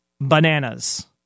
bananas